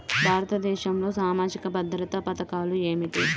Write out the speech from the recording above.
భారతదేశంలో సామాజిక భద్రతా పథకాలు ఏమిటీ?